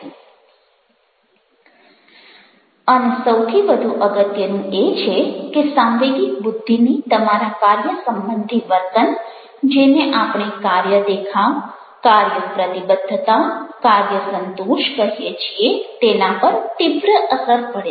અને સૌથી વધુ અગત્યનું એ છે કે સાંવેગિક બુદ્ધિની તમારા કાર્ય સંબંધી વર્તન જેને આપણે કાર્ય દેખાવ કાર્ય પ્રતિબદ્ધતા કાર્ય સંતોષ કહીએ છીએ તેના પર તીવ્ર અસર પડે છે